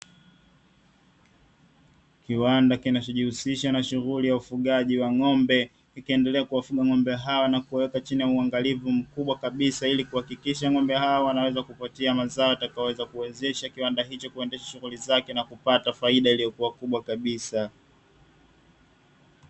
Kiwanda kinachojihusisha na shughuli ya ufugaji wa ng'ombe, ikiendelea kuwafuga ng'ombe haowa na kuwaweka chini ya uangalizi mkubwa kabisa ili kuhakikisha ng'ombe hawa wanaweza kuleta mazao yatakayoweza kuwezesha kiwanda hicho kuendehsa shughuli zake na kupata faida iliyo kuwa kubwa kabisa.